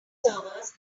servers